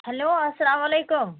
hello اَلسلامُ علیکُم